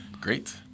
great